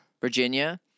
Virginia